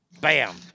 Bam